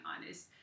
honest